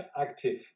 active